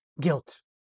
guilt